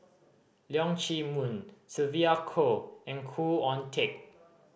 Leong Chee Mun Sylvia Kho and Khoo Oon Teik